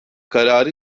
kararı